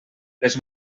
les